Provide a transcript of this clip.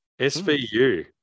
SVU